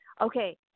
okay